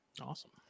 Awesome